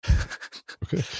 Okay